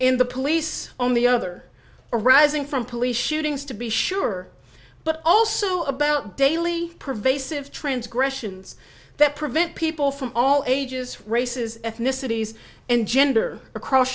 in the police on the other arising from police shootings to be sure but also about daily pervasive transgressions that prevent people from all ages races ethnicities and gender across